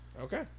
okay